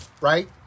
right